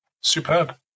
Superb